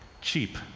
cheap